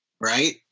right